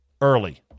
early